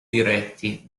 diretti